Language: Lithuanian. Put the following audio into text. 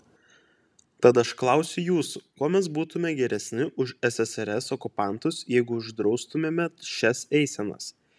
tad aš klausiu jūsų kuo mes būtumėme geresni už ssrs okupantus jeigu uždraustumėme šias eisenas